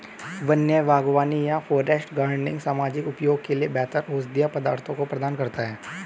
वन्य बागवानी या फॉरेस्ट गार्डनिंग सामाजिक उपयोग के लिए बेहतर औषधीय पदार्थों को प्रदान करता है